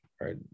right